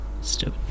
stupid